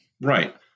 Right